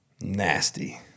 nasty